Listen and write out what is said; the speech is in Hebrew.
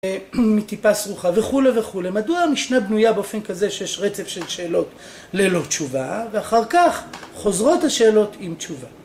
‫מטיפה סרוחה וכולי וכולי. ‫מדוע המשנה בנויה באופן כזה ‫שיש רצף של שאלות ללא תשובה, ‫ואחר כך חוזרות השאלות עם תשובה.